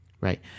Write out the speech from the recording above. Right